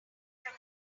from